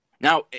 Now